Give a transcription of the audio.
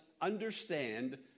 understand